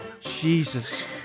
Jesus